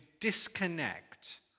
disconnect